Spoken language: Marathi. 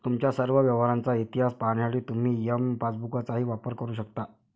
तुमच्या सर्व व्यवहारांचा इतिहास पाहण्यासाठी तुम्ही एम पासबुकचाही वापर करू शकता